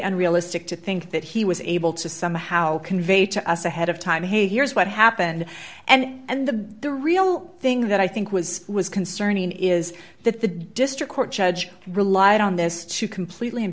unrealistic to think that he was able to somehow convey to us ahead of time hey here's what happened and the the real thing that i think was was concerning is that the district court judge relied on this to completely